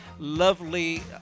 Lovely